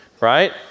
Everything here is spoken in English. right